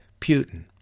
Putin